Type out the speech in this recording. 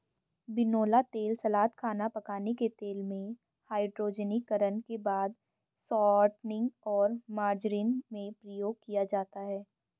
बिनौला तेल सलाद, खाना पकाने के तेल में, हाइड्रोजनीकरण के बाद शॉर्टनिंग और मार्जरीन में प्रयोग किया जाता है